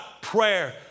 prayer